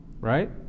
right